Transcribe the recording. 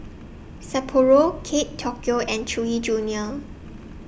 Sapporo Kate Tokyo and Chewy Junior